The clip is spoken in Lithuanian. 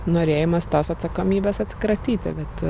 norėjimas tos atsakomybes atsikratyti bet